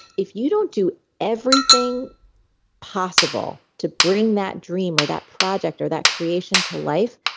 if you don't do everything possible to bring that dream or that project or that creation to life,